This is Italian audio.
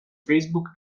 facebook